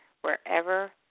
wherever